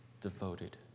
devoted